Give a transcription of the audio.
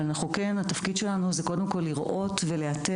אבל כן התפקיד שלנו זה קודם כל לראות ולאתר